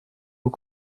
aux